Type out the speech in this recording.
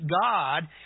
God